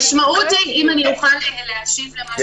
המשמעות היא ------ אם אוכל להשיב למה שנאמר.